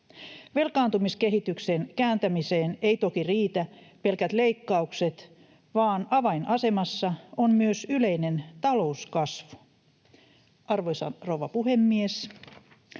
Velkaantumiskehityksen kääntämiseen eivät toki riitä pelkät leikkaukset, vaan avainasemassa on myös yleinen talouskasvu. Arvoisa rouva puhemies!